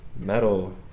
metal